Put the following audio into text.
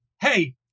Hey